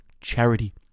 charity